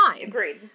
Agreed